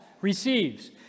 receives